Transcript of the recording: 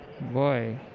boy